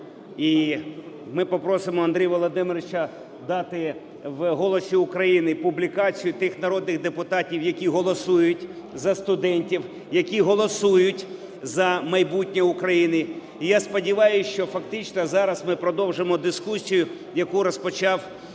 ми попросимо Андрія Володимировича дати в "Голосі України" публікацію тих народних депутатів, які голосують за студентів, які голосують за майбутнє України. І я сподіваюсь, що фактично зараз ми продовжимо дискусію, яку розпочав видатний